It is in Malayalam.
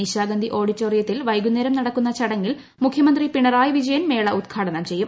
നിശാഗന്ധി ഓഡിറ്റോറിയത്തിൽ വൈകുന്നേരം നടക്കുന്ന ചടങ്ങിൽ മുഖ്യമന്ത്രി പിണറായി വിജയൻ മേള ഉദ്ഘാടനം ചെയ്യും